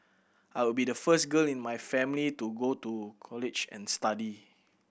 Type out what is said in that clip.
I would be the first girl in my family to go to college and study